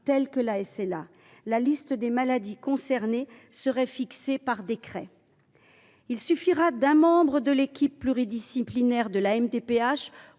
telle que la SLA. La liste des maladies concernées serait fixée par décret. La signature d’un seul membre de l’équipe pluridisciplinaire de la MDPH